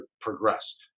progress